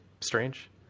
strange